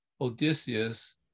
Odysseus